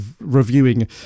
reviewing